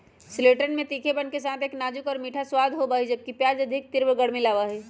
शैलोट्सवन में तीखेपन के साथ एक नाजुक और मीठा स्वाद होबा हई, जबकि प्याज अधिक तीव्र गर्मी लाबा हई